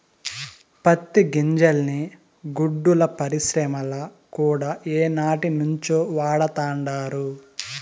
పత్తి గింజల్ని గుడ్డల పరిశ్రమల కూడా ఏనాటినుంచో వాడతండారు